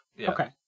Okay